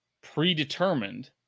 predetermined